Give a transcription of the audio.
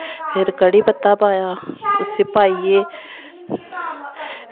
फिर कढ़ी पत्ता पाया इसी पाइयै